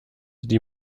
die